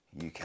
UK